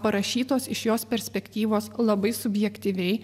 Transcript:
parašytos iš jos perspektyvos labai subjektyviai